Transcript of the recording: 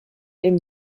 dem